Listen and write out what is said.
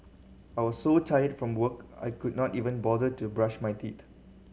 I was so tired from work I could not even bother to brush my teed